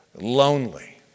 lonely